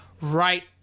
right